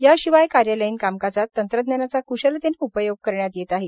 याशिवाय कार्यालयीन कामकाजात तंत्रज्ञानाचा क्शलतेने उपयोग करण्यात येत आहे